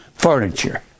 furniture